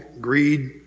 greed